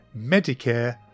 Medicare